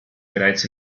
bereits